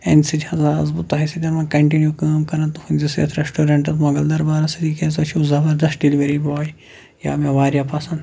امہِ سۭتۍ حظ آسہٕ بہٕ تۄہہِ سۭتۍ کَنٹنیو کٲم کران تُہنٛدِس یتھ ریٚسٹورنٹس مُغل دربارس سۭتۍ یہِ کیاہ سا چھُو زَبردَست ڈیٚلِؤری باے یہِ آو مےٚ واریاہ پَسنٛد